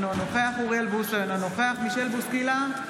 אינו נוכח אוריאל בוסו, אינו נוכח מישל בוסקילה,